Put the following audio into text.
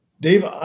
Dave